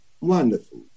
Wonderful